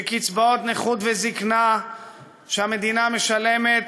שקצבאות נכות וזיקנה שהמדינה משלמת